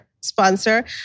sponsor